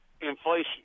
inflation